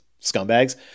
scumbags